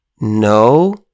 No